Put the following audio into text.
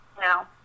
no